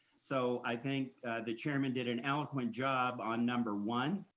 so i think the chairman did an eloquent job on number one,